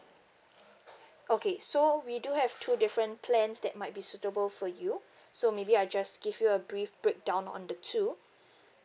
okay so we do have two different plans that might be suitable for you so maybe I just give you a brief breakdown on the two